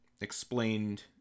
explained